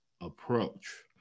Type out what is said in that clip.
approach